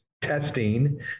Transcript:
testing